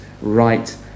right